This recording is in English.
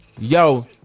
yo